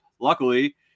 luckily